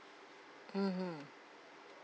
mmhmm